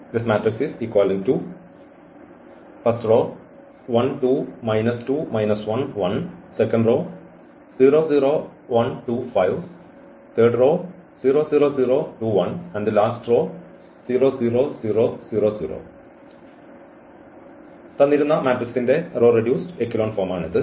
ഈ മാട്രിക്സിന്റെ row reduced echelon ഫോമാണിത്